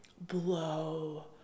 blow